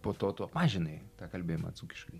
po to tu apmažinai tą kalbėjimą dzūkiškai